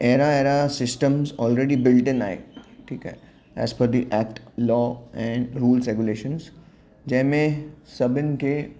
अहिड़ा अहिड़ा systems already built in आहे ठीकु आहे as per the act law and rules regulations जंहिंमें सभिनि खे